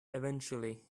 eventually